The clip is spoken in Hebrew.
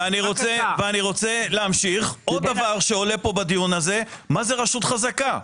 עוד דבר שעולה כאן בדיון הזה זה מה זאת רשות חזקה.